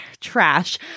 trash